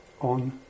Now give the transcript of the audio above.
on